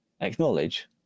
acknowledge